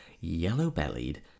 yellow-bellied